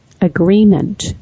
agreement